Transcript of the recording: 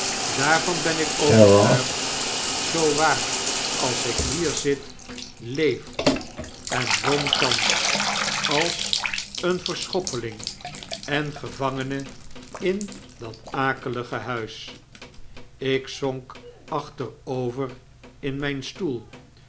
daarvan ben ik overtuigd zoo waar als ik hier zit leeft en woont thans als een verschoppeling en gevangene in dat akelige huis ik zonk achterover in mijn stoel